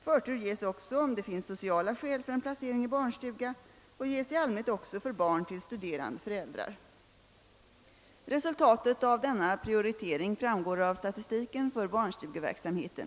Förtur ges också om det finns sociala skäl för en placering i barnstuga och ges i allmänhet också för barn till studerande föräldrar. Resultatet av denna prioritering framgår av statistiken för barnstugeverksamheten.